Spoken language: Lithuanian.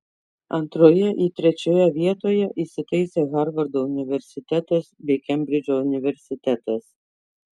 antroje į trečioje vietoje įsitaisė harvardo universitetas bei kembridžo universitetas